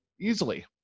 easily